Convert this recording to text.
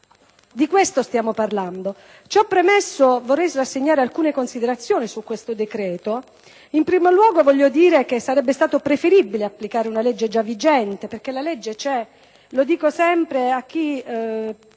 Di questo stiamo parlando. Ciò premesso, vorrei rassegnare alcune considerazioni su questo decreto. In primo luogo, sarebbe stato preferibile applicare una legge già vigente, perché la legge c'è (lo dico sempre e voglio